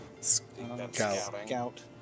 Scout